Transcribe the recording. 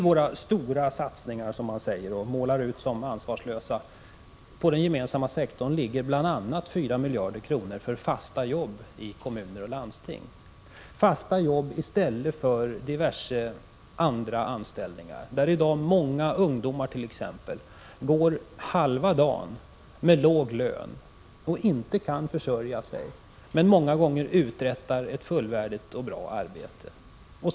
I våra stora satsningar — Arne Gadd målar upp dem som ansvarslösa — på den gemensamma sektorn ingår bl.a. 4 miljarder kronor för fasta jobb i kommuner och landsting, fasta jobb i stället för diverse andra anställningar. Många ungdomar arbetar i dag halva dagar och får låg lön för det. De kan inte försörja sig, trots att de många gånger uträttar ett fullvärdigt och bra arbete.